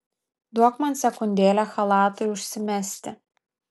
duok man sekundėlę chalatui užsimesti